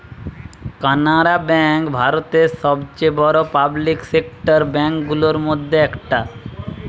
Canara bank ভারতের সবচেয়ে বড়ো পাবলিক সেক্টর ব্যাঙ্ক গুলোর মধ্যে একটা